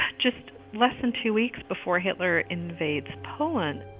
just less than two weeks before hitler invades poland